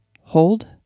hold